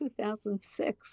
2006